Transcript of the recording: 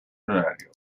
honorario